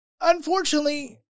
Unfortunately